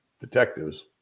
detectives